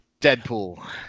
Deadpool